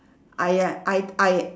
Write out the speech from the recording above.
I uh I I